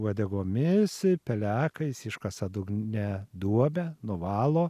uodegomis ir pelekais iškasa dugne duobę nuvalo